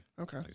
Okay